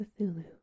Cthulhu